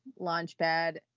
launchpad